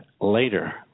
later